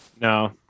No